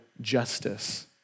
justice